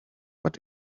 but